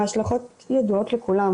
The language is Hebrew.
ההשלכות ידועות לכולם,